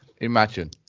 Imagine